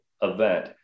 event